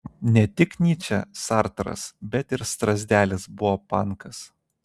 ne tik nyčė sartras bet ir strazdelis buvo pankas